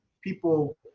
people